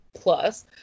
plus